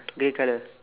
grey colour